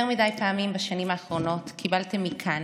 יותר מדי פעמים בשנים האחרונות קיבלתם מכאן,